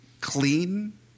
clean